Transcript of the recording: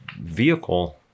vehicle